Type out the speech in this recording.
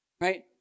right